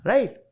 Right